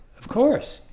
of course,